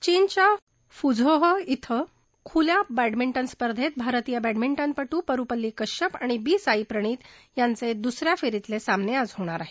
चीनच्या फुझौ धिं खुल्या बॅडमिंटन स्पर्धेत भारतीय बॅडमिंटनपटू परुपल्ली कश्यप आणि वि साईप्रणीत यांचे दुस या फेरीतले सामने आज होणार आहेत